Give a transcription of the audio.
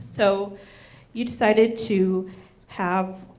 so you decided to have